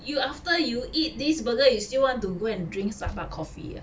you after you eat this burger you still want to go and drink Starbucks coffee ah